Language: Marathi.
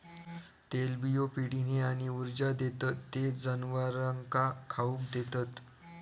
तेलबियो पिढीने आणि ऊर्जा देतत ते जनावरांका खाउक देतत